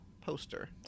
poster